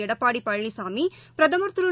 எடப்பாடிபழனிசாமி பிரதமர் திரு